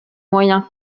moyens